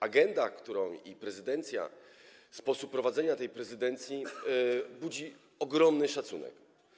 Agenda i prezydencja, sposób prowadzenia tej prezydencji budzą ogromny szacunek.